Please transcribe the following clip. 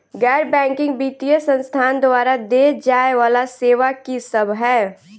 गैर बैंकिंग वित्तीय संस्थान द्वारा देय जाए वला सेवा की सब है?